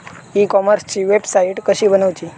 E कॉमर्सची website कशी बनवची?